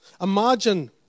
Imagine